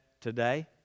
today